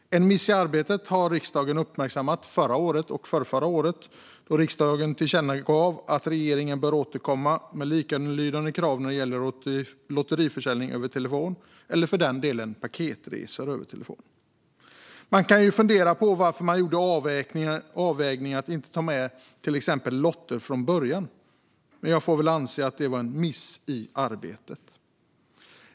En miss i arbetet uppmärksammade riksdagen förra året och förrförra året, då riksdagen tillkännagav att regeringen ska återkomma med likalydande krav när det gäller lotteriförsäljning per telefon eller för den delen försäljning av paketresor per telefon. Vi kan fundera på varför man från början gjorde avvägningen att inte ta med till exempel lotter, men jag får väl anse att det var en miss i arbetet.